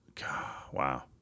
Wow